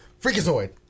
freakazoid